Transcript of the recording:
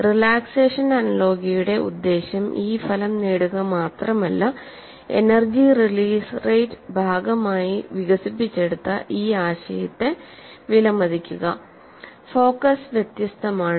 അതിനാൽ റിലാക്സേഷൻ അനലോഗിയുടെ ഉദ്ദേശം ഈ ഫലം നേടുക മാത്രമല്ല എനർജി റിലീസ് റേറ്റ് ഭാഗമായി വികസിപ്പിച്ചെടുത്ത ഈ ആശയത്തെ വിലമതിക്കുക ഫോക്കസ് വ്യത്യസ്തമാണ്